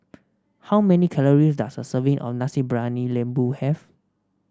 how many calories does a serving of Nasi Briyani Lembu have